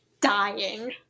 dying